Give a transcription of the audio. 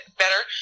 better